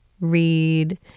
read